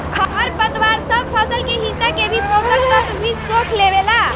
खर पतवार सब फसल के हिस्सा के भी पोषक तत्व भी सोख लेवेला